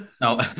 No